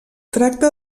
tracta